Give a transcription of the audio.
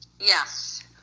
Yes